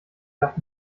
darf